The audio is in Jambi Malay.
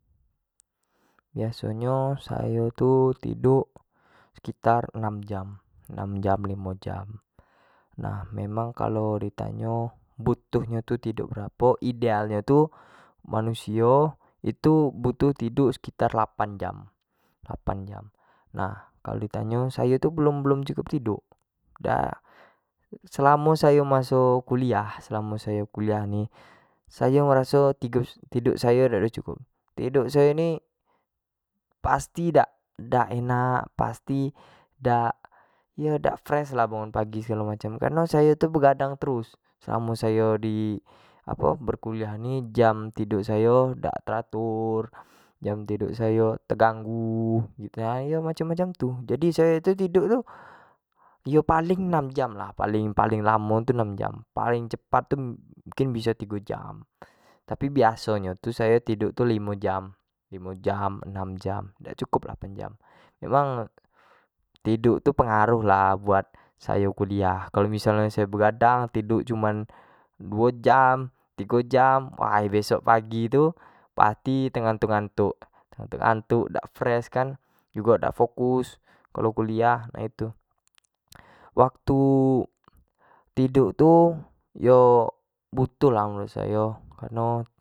biaso nyo sayo tu tiduk sekitar enam jam, limo jam nah memang kalua di tanyo butuh nyo tu tiduk berapo ideal nyo tu manusio itu butuh tiduk sekitar delapan jam nah kalua di tanyo sayu tu belum- belum cukup tiduk dak, selamo sayo masuk kuliah, selamo sayo masuk kuliah ni sayo meraso tiudk ayo dak ado cukup tiduk sayo ni pasti dak- dak enak, pasti dak yo dak fresh lah bangun pagi macam- macam kareno sayo tu begadang terus selamo sayo di apo berkuliah ni jam tiduk sayo dak teratur, jam tiduk sayo teganggu gitu, nah iyo macam- macam tu jadi sayo kalau tiduk tu paling enam jam lah-palingg- paling lamo tu enam jam paling cepat tu mungkin biso tigo jam, tapi biaso nyo tu sayo tiduk tu limo jam, enam jam dak cukup delapan jam, memang tiduk tu pengaruh buat sayo kuliah, kalo missal nyo sayo begadang tiduk cuma duo jam, tigo jam, waih besok pagi tu pasti te kantuk- kantuk dak fresh kan pasti dak focus kan kuliah nah itu. Waktu tiduk tu perlu lah menurut sayo kareno.